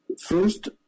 First